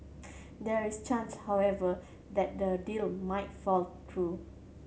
there is change however that the deal might fall through